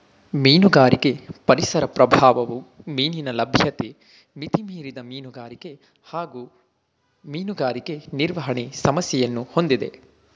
ಮೀನುಗಾರಿಕೆ ಪರಿಸರ ಪ್ರಭಾವವು ಮೀನಿನ ಲಭ್ಯತೆ ಮಿತಿಮೀರಿದ ಮೀನುಗಾರಿಕೆ ಹಾಗೂ ಮೀನುಗಾರಿಕೆ ನಿರ್ವಹಣೆ ಸಮಸ್ಯೆಯನ್ನು ಹೊಂದಿದೆ